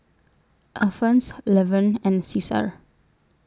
Alphons Levern and Ceasar